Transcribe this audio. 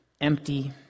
empty